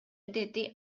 деди